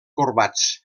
corbats